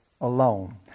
alone